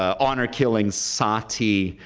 honor killings, sati,